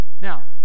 Now